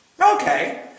Okay